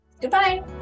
Goodbye